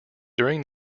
during